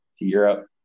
Europe